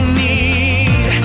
need